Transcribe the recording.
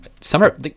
summer